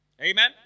Amen